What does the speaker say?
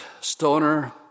Stoner